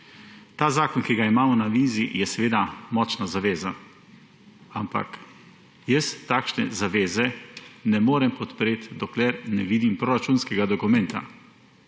Ta zakon, ki ga imamo na mizi, je seveda močna zaveza, ampak jaz takšne zaveze ne morem podpreti, dokler ne vidim proračunskega dokumenta,